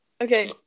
okay